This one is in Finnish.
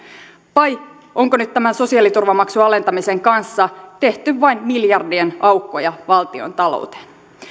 vai onko nyt tämän sosiaaliturvamaksun alentamisen kanssa tehty vain miljardien aukkoja valtiontalouteen